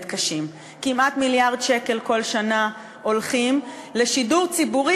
קשים: כמעט מיליארד שקל כל שנה הולכים לשידור ציבורי